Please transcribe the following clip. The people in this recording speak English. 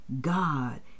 God